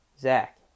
Zach